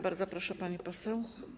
Bardzo proszę, pani poseł.